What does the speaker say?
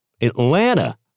Atlanta